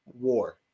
war